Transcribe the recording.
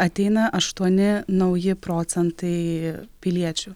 ateina aštuoni nauji procentai piliečių